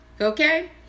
Okay